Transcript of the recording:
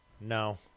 No